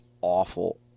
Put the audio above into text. awful